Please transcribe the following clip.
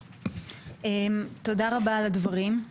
תודה רבה על הדברים.